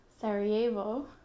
Sarajevo